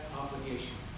obligation